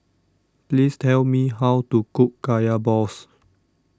please tell me how to cook Kaya Balls